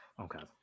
Okay